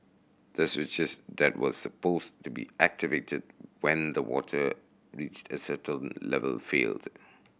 the switches that were supposed to be activated when the water reached a certain level failed